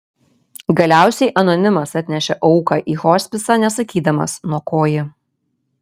galiausiai anonimas atnešė auką į hospisą nesakydamas nuo ko ji